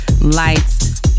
lights